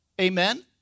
amen